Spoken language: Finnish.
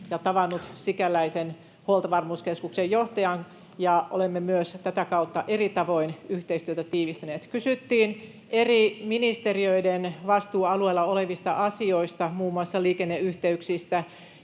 ja tavannut sikäläisen huoltovarmuuskeskuksen johtajan, ja olemme myös tätä kautta eri tavoin yhteistyötä tiivistäneet. Kysyttiin eri ministeriöiden vastuualueilla olevista asioista, muun muassa liikenneyh- teyksistä